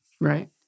Right